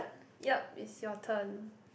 yup is your turn